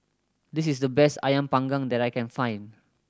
this is the best Ayam Panggang that I can find